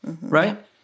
Right